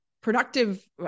productive